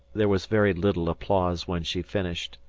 there was very little applause when she finished.